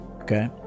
Okay